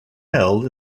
held